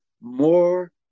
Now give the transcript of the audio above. more